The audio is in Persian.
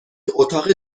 اتاق